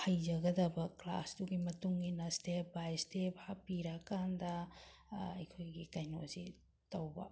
ꯍꯩꯖꯒꯗꯕ ꯀ꯭ꯂꯥꯁꯇꯨꯒꯤ ꯃꯇꯨꯡ ꯏꯟꯅ ꯏꯁꯇꯦꯞ ꯕꯥꯏ ꯏꯁꯇꯦꯞ ꯍꯥꯞꯄꯤꯔꯀꯥꯟꯗ ꯑꯩꯈꯣꯏꯒꯤ ꯀꯩꯅꯣꯁꯦ ꯇꯧꯕ